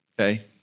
okay